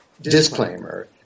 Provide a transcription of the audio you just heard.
disclaimer